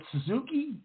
Suzuki